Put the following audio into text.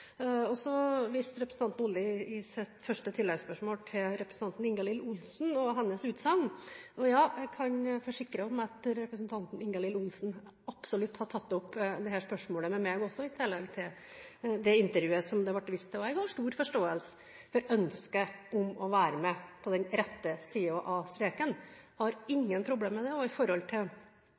Så viser representanten Olli i sitt første tilleggsspørsmål til representanten Ingalill Olsen og hennes utsagn. Ja, jeg kan forsikre om at representanten Ingalill Olsen absolutt har tatt opp dette spørsmålet med meg, i tillegg til i det intervjuet som det ble vist til. Jeg har stor forståelse for ønsket om å være med på den rette siden av streken, jeg har ingen problemer med det, også i forhold til